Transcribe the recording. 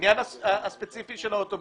לעניין הספציפי של האוטובוסים: